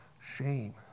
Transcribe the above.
shame